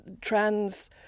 trans